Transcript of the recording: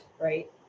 right